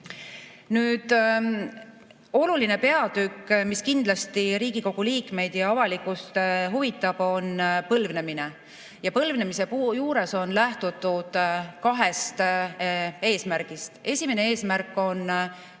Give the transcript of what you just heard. Oluline peatükk, mis kindlasti Riigikogu liikmeid ja avalikkust huvitab, on põlvnemine. Põlvnemispuu juures on lähtutud kahest eesmärgist. Esimene eesmärk on seotud